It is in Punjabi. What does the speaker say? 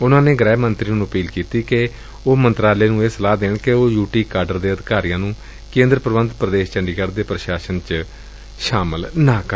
ਉਨਾਂ ਗੁਹਿ ਮੰਤਰੀ ਨੂੰ ਅਪੀਲ ਕੀਤੀ ਕਿ ਉਹ ਮੰਤਰਾਲੇ ਨੂੰ ਇਹ ਸਲਾਹ ਦੇਣ ਕਿ ਉਹ ਯੁਟੀ ਕਾਡਰ ਦੇ ਅਧਿਕਾਰੀਆਂ ਨੂੰ ਕੇਂਦਰ ਸ਼ਾਸਤ ਪ੍ਦੇਸ਼ ਚੰਡੀਗੜ੍ਜੂ ਦੇ ਪ੍ਸ਼ਾਸਨ ਵਿੱਚ ਸ਼ਾਮਲ ਨਾ ਕਰਨ